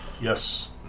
Yes